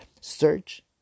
Search